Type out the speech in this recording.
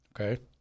Okay